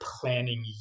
planning